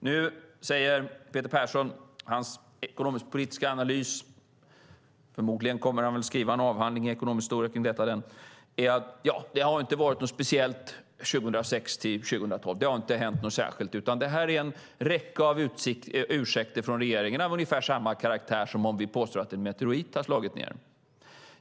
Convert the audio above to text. Nu säger Peter Persson i sin ekonomisk-politiska analys - förmodligen kommer han att skriva en avhandling kring detta - att det inte har hänt något speciellt 2006-2012 utan att detta är en räcka av ursäkter från regeringen av ungefär samma karaktär som om vi påstår att en meteorit har slagit ned.